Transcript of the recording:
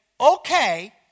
okay